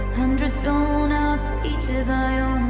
hundred donuts speeches um